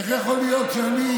איך יכול להיות שאני,